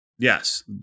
Yes